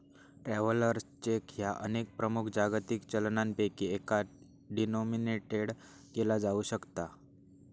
travellers cheque ह्या अनेक प्रमुख जागतिक चलनांपैकी एकात डिनोमिनेटेड केला जाऊ शकता